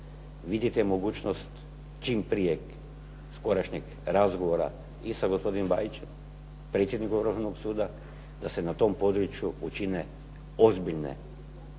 vidite mogućnost čim prijem skorašnjeg razgovora i sa gospodinom BAjićem, predsjednikom Vrhovnog suda, da se na tom području učine promjene u